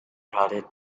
crowded